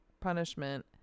punishment